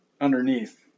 underneath